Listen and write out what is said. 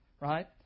Right